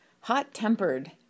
hot-tempered